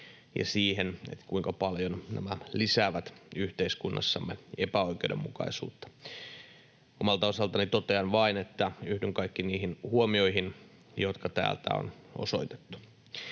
ja siihen, kuinka paljon nämä lisäävät yhteiskunnassamme epäoikeudenmukaisuutta. Omalta osaltani totean vain, että yhdyn kaikkiin niihin huomioihin, jotka täältä on osoitettu.